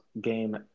game